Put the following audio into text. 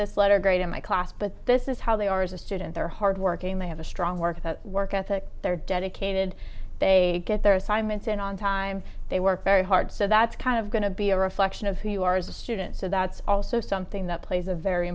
this letter grade in my class but this is how they are as a student they're hardworking they have a strong work that work ethic they're dedicated they get their assignments in on time they work very hard so that's kind of going to be a reflection of who you are as a student so that's also something that plays a very